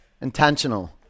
intentional